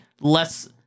less